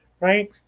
right